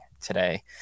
today